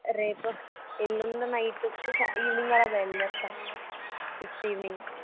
రేపు ఎల్లుండి night evening అలా బయల్దేరతాము ఫిఫ్త్ ఈవెనింగ్